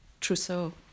trousseau